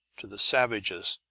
to the savages,